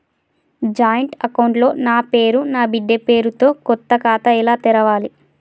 Joint account లో నా పేరు నా బిడ్డే పేరు తో కొత్త ఖాతా ఎలా తెరవాలి?